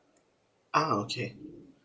ah okay